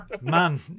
Man